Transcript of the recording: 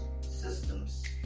systems